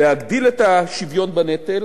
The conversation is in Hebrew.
להגדיל את השוויון בנטל